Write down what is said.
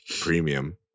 Premium